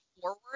forward